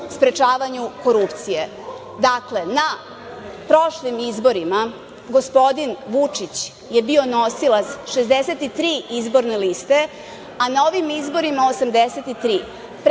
sprečavanju korupcije. Na prošlim izborima gospodin Vučić je bio nosilac 63 izborne liste, a na ovim izborima 83.